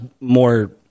more